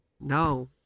no